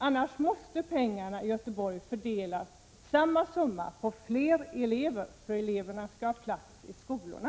Annars måste samma summa fördelas på fler elever, för eleverna skall ha plats i skolorna.